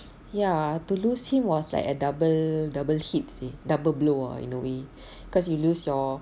ya to lose him was like a double double hit seh double blow ah in a way because you lose your